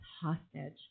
hostage